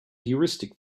heuristic